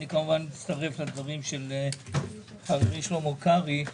כמובן אני מצטרף לדברים של חברי שלמה קרעי,